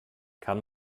kann